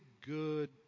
good